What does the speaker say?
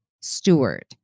Stewart